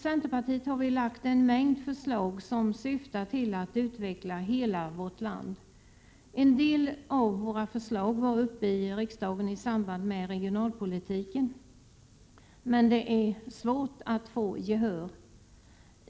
Centerpartiet har lagt fram en mängd förslag som syftar till att utveckla hela vårt land. En del av förslagen var uppe till debatt i riksdagen i samband med regionalpolitiken. Men det är svårt att få gehör!